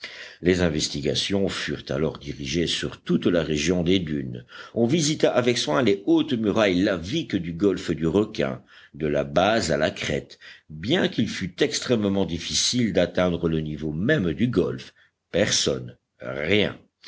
les investigations furent alors dirigées sur toute la région des dunes on visita avec soin les hautes murailles laviques du golfe du requin de la base à la crête bien qu'il fût extrêmement difficile d'atteindre le niveau même du golfe personne rien